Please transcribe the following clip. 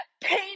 pain